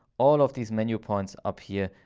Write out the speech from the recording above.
all of these menu points up here,